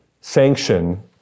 sanction